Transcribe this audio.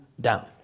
down